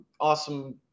Awesome